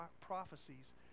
prophecies